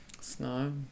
snow